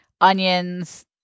onions